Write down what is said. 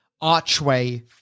archway